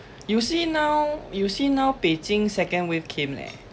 you see now you see now beijing second wave came leh